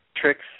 tricks